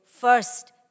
first